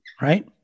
Right